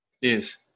Yes